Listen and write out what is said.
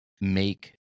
make